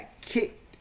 kicked